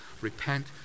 Repent